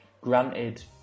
Granted